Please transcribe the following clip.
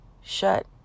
shut